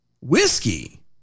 whiskey